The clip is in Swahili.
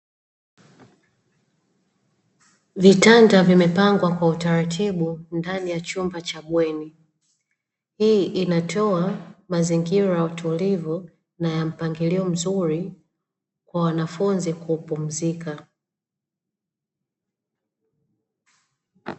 Vitanda vimepangwa kwa utaratibu ndani ya chumba cha bweni, hii inatoa mazingira ya utulivu na mpangilio mzuri kwa wanafunzi kupumzika.